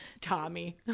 Tommy